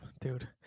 dude